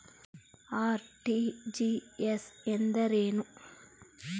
RTGS ಎಂದರೇನು?